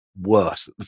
worse